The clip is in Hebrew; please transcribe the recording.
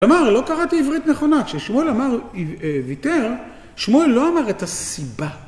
כלומר, לא קראתי עברית נכונה. כששמואל אמר ויתר, שמואל לא אמר את הסיבה.